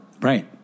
right